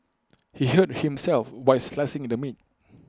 he hurt himself while slicing the meat